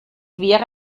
wäre